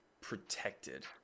protected